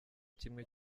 kimwe